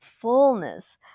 fullness